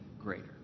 greater